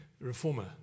reformer